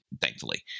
thankfully